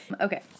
Okay